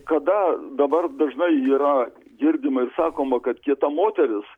kada dabar dažnai yra girdima ir sakoma kad kieta moteris